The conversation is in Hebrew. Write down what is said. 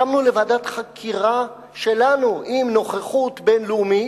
הסכמנו לוועדת חקירה שלנו, עם נוכחות בין-לאומית.